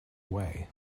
way